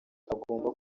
agomba